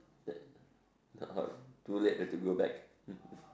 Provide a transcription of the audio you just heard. that too late you have to go back